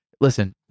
Listen